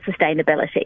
sustainability